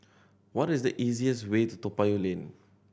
what is the easiest way to Toa Payoh Lane